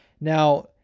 Now